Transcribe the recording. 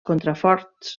contraforts